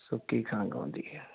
ਸੁੱਕੀ ਖੰਘ ਆਉਂਦੀ ਹੈ